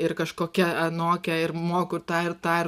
ir kažkokia anokia ir moku ir tą ir tą ir